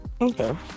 Okay